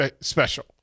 special